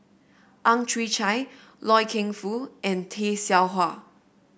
Ang Chwee Chai Loy Keng Foo and Tay Seow Huah